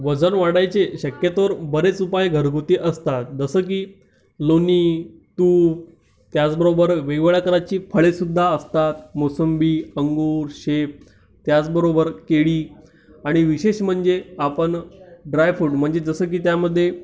वजन वाढायचे शक्यतोवर बरेच उपाय घरगुती असतात जसं की लोणी तूप त्याचबरोबर वेगवेगळ्या तऱ्हांची फळेसुध्दा असतात मोसंबी अंगूर शेप त्याचबरोबर केळी आणि विशेष म्हणजे आपण ड्रायफ्रूट म्हणजे जसं की त्यामध्ये